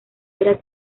era